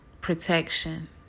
protection